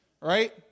right